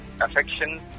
affection